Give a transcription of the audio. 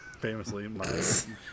Famously